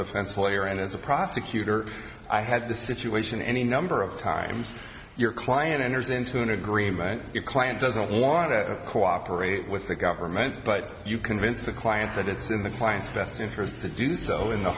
defense lawyer and as a prosecutor i had the situation any number of times your client enters into an agreement your client doesn't want to cooperate with the government but you convince the client that it's in the client's best interest to do so in the